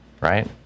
right